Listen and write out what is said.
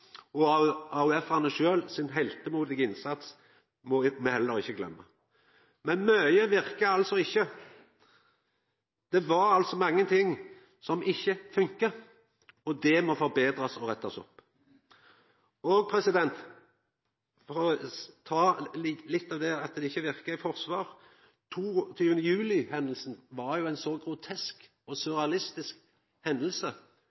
sin heltemodige innsats må me heller ikkje glømma. Men mykje verka altså ikkje. Det var mange ting som ikkje funka, og det må forbetrast og rettast opp. Og for å ta litt av det at det ikkje verka i forsvar: 22. juli-hendinga var ei så grotesk og